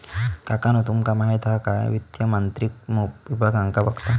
काकानु तुमका माहित हा काय वित्त मंत्रित्व मोप विभागांका बघता